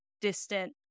distant